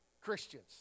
Christians